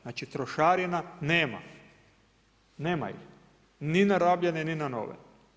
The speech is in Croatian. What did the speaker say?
Znači trošarina nema, nema ih ni na rabljene ni na nove.